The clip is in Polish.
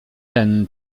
ten